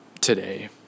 today